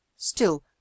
Still